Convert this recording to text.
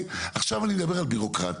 עכשיו אני מדבר על בירוקרטיה,